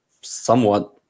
somewhat